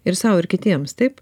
ir sau ir kitiems taip